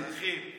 אזרחים, אזרחים.